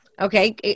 Okay